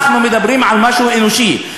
אנחנו מדברים על משהו אנושי,